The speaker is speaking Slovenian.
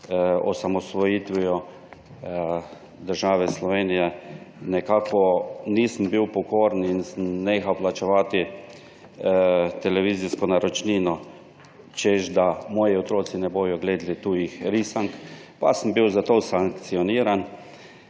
osamosvojitvijo države Slovenije nisem bil pokoren in sem nehal plačevati televizijsko naročnino, češ da moji otroci ne bodo gledali tujih risank, pa sem bil za to sankcioniran,